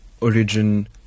origin